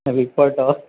report